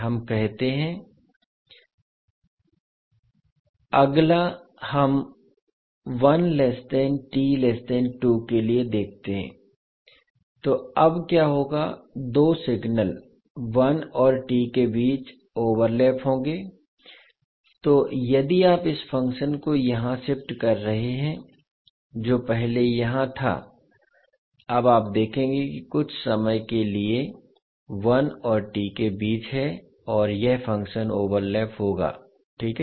हम कहते हैं अगला हम के लिए देखते हैं तो अब क्या होगा दो सिग्नल 1 और t के बीच ओवरलैप होंगे तो यदि आप इस फ़ंक्शन को यहां शिफ्ट कर रहे हैं जो पहले यहां था तो आप देखेंगे कि कुछ समय के लिए 1और t के बीच है और यह फ़ंक्शन ओवरलैप होगा ठीक है